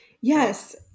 Yes